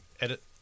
Edit